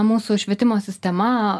mūsų švietimo sistema